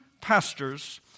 pastors